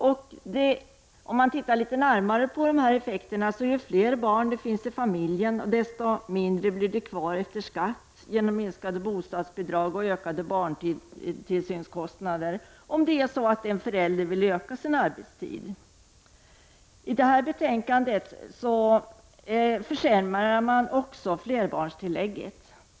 Man kan titta litet närmare på effekten och konstatera att ju flera barn det finns i familjen, desto mindre blir det kvar efter skatt, eftersom man får minskat bostadsbidrag och ökade barntillsynskostnader om en förälder vill öka sin arbetstid. I detta betänkande finns även förslag som försämrar flerbarnstillägget.